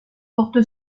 porte